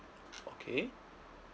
okay